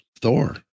Thor